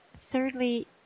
Thirdly